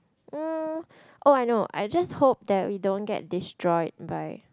oh I know I just hope we don't get destroyed by